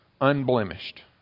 unblemished